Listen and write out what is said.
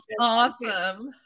awesome